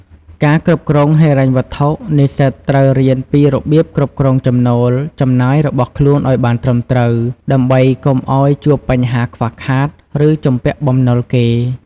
ការគ្រប់គ្រងហិរញ្ញវត្ថុ និស្សិតត្រូវរៀនពីរបៀបគ្រប់គ្រងចំណូលចំណាយរបស់ខ្លួនឲ្យបានត្រឹមត្រូវ ដើម្បីកុំឲ្យជួបបញ្ហាខ្វះខាត ឬជំពាក់បំណុលគេ។